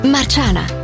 Marciana